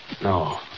No